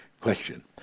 question